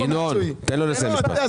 ינון, תן לו לסיים משפט.